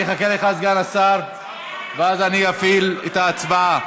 אני אחכה לך, סגן השר, ואז אני אפעיל את ההצבעה.